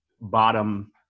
bottom